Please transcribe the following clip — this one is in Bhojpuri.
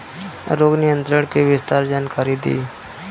रोग नियंत्रण के विस्तार जानकारी दी?